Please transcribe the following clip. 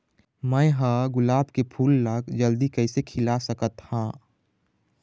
मैं ह गुलाब के फूल ला जल्दी कइसे खिला सकथ हा?